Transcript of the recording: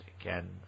again